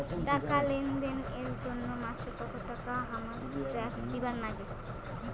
টাকা লেনদেন এর জইন্যে মাসে কত টাকা হামাক ট্যাক্স দিবার নাগে?